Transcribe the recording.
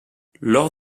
lors